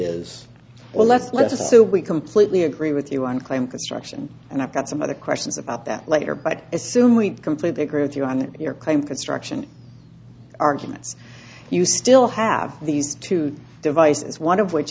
is well let's let a so we completely agree with you and claim construction and i've got some other questions about that later but assume we'd completely agree with you on your claim construction arguments you still have these two devices one of which